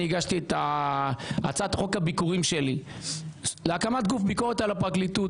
הגשתי את הצעת חוק הביכורים שלי להקמת גוף ביקורת על הפרקליטות.